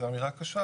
זו אמירה קשה.